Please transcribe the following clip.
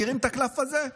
מכירים את הקלף הזה?